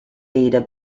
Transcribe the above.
leader